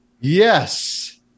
Yes